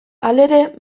halere